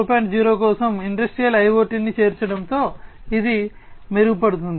0 కోసం ఇండస్ట్రియల్ ఐయోటిని చేర్చడంతో ఇది మెరుగుపడుతుంది